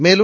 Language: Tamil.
மேலும்